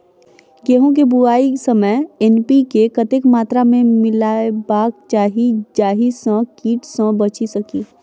गेंहूँ केँ बुआई समय एन.पी.के कतेक मात्रा मे मिलायबाक चाहि जाहि सँ कीट सँ बचि सकी?